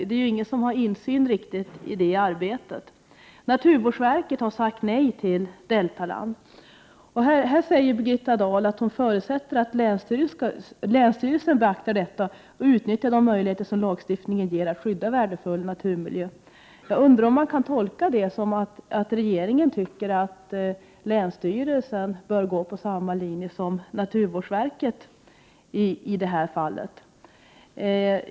Det är ingen som har riktig insyn i det arbetet. Naturvårdsverket har sagt nej till Deltaland. Birgitta Dahl säger här att hon förutsätter att länsstyrelsen beaktar detta och utnyttjar de möjligheter som lagstiftningen ger att skydda värdefull naturmiljö. Jag undrar om man kan tolka det som att regeringen tycker att länsstyrelsen bör gå på samma linje som naturvårdsverket i detta fall.